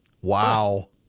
Wow